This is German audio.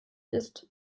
ist